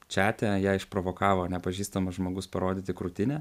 čate ją išprovokavo nepažįstamas žmogus parodyti krūtinę